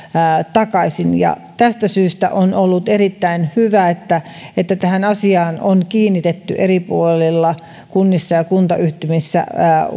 takaisin ja tästä syystä on ollut erittäin hyvä että että tähän asiaan on kiinnitetty eri puolilla kunnissa ja kuntayhtymissä